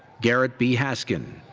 garrett b. hasken.